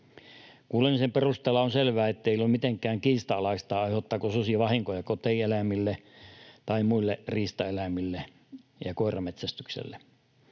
Kuulemisen perusteella on selvää, ettei ole mitenkään kiistanalaista, aiheuttaako susi vahinkoja kotieläimille tai muille riistaeläimille ja koirametsästykselle.